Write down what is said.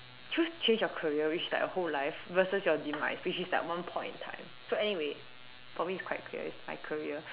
choose change of career which like a whole life versus your demise which is like one point in time so anyway for me it's quite clear it's my career